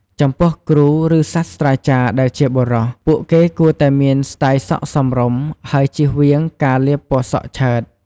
ចំពោះគ្រូ ឬ សាស្ត្រាចារ្យដែលជាបុរស ពួកគេគួរតែមានស្ទាយសក់សមរម្យ ហើយចៀសវាង ការលាបពណ៌សក់ឆើត។